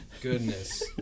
goodness